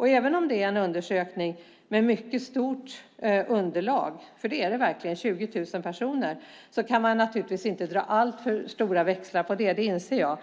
Även om det är en undersökning med mycket stort underlag - 20 000 personer - kan man naturligtvis inte dra alltför stora växlar på den. Det inser jag.